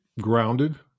grounded